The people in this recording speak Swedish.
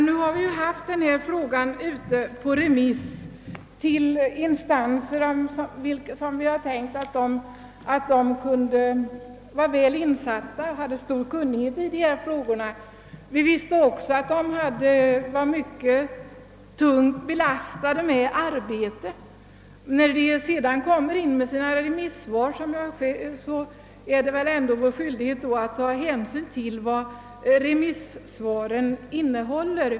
Vi har emellertid haft denna fråga ute på remiss till instanser, som kunde anses ha stor kunnighet i dessa frågor. Vi visste också att de var mycket tungt belastade av arbete. När de lämnar sina remissvar är det väl ändå vår skyldighet att ta hänsyn till vad dessa innehåller.